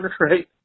right